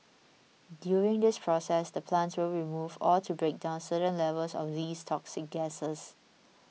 during this process the plants will remove or to break down certain levels of these toxic gases